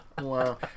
Wow